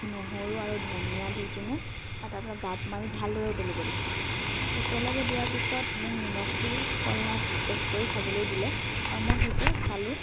নহৰু আৰু ধনীয়া দি পিনে তাত গাপ মাৰি ভালদৰে উতলিব দিছিল তাক উতলিব দিয়াৰ পিছত মোক নিমখটো হ'ল নাই টেষ্ট কৰি চাবলৈ দিলে আৰু মই সেইটো চালোঁ